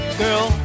girl